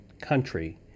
country